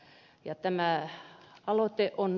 tämä aloite on